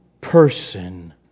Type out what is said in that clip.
person